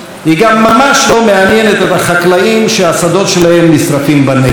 היא גם ממש לא מעניינת את החקלאים שהשדות שלהם נשרפים בנגב.